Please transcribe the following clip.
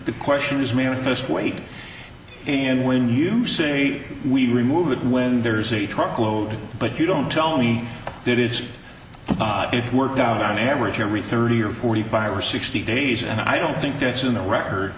good question is manifest weight and when you see we remove it when there's a truckload but you don't tell me that is if we're down on average every thirty or forty five or sixty days and i don't think that's in the record